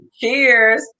Cheers